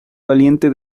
valiente